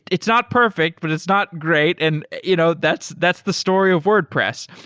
it's not perfect, but it's not great. and you know that's that's the story of wordpress.